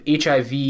HIV